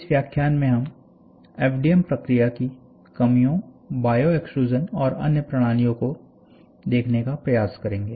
इस व्याख्यान में हम एफडीएम प्रक्रिया की कमियों बायो एक्सट्रूज़न और अन्य प्रणालियों को देखने का प्रयास करेंगे